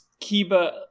Kiba